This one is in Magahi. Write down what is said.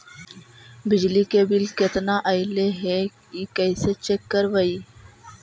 बिजली के बिल केतना ऐले हे इ कैसे चेक करबइ?